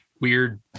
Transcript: weird